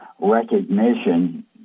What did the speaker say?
recognition